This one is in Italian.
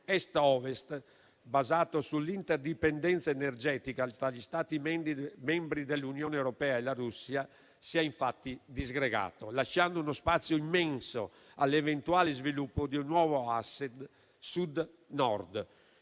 Est-Ovest, basato sull'interdipendenza energetica tra gli Stati membri dell'Unione europea e la Russia, si è infatti disgregato, lasciando uno spazio immenso all'eventuale sviluppo di un nuovo asse Sud-Nord.